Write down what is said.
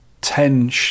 ten